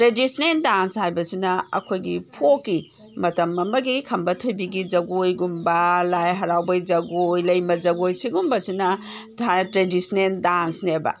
traditional dance ꯍꯥꯏꯕꯁꯤꯅ ꯑꯩꯈꯣꯏꯒꯤ ꯐꯣꯛꯀꯤ ꯃꯇꯝ ꯑꯃꯒꯤ ꯈꯝꯕ ꯊꯣꯏꯕꯤꯒꯤ ꯖꯒꯣꯏꯒꯨꯝꯕ ꯂꯥꯏ ꯍꯥꯔꯥꯎꯕꯒꯤ ꯖꯒꯣꯏ ꯂꯩꯃ ꯖꯒꯣꯏ ꯁꯤꯒꯨꯝꯕꯁꯤꯅ ꯇ꯭ꯔꯦꯗꯤꯁꯅꯦꯜ ꯗꯥꯟꯁꯅꯦꯕ